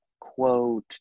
quote